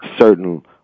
certain